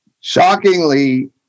Shockingly